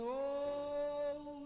old